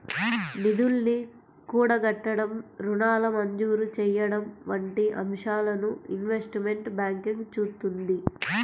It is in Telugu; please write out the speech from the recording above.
నిధుల్ని కూడగట్టడం, రుణాల మంజూరు చెయ్యడం వంటి అంశాలను ఇన్వెస్ట్మెంట్ బ్యాంకింగ్ చూత్తుంది